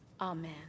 Amen